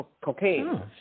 cocaine